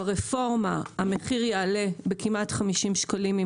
ברפורמה המחיר יעלה בכמעט 50 שקלים עם